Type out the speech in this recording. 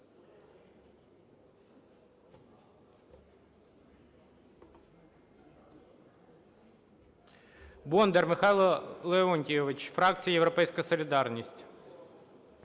Бондар Михайло Леонтійович, фракція "Європейська солідарність".